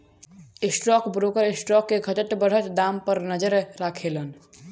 stock broker stock के घटत बढ़त दाम पर नजर राखेलन